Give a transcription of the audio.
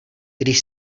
když